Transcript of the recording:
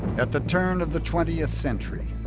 at the turn of the twentieth century,